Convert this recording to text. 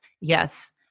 yes